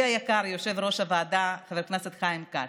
היקר יושב-ראש הוועדה חבר הכנסת חיים כץ: